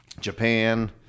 japan